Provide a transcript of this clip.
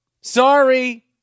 Sorry